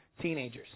teenagers